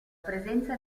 presenza